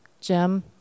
Jim